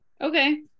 Okay